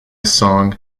song